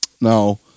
Now